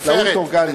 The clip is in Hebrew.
חקלאות אורגנית,